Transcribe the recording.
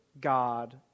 God